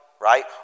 right